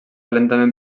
lentament